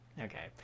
Okay